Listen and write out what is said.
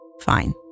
fine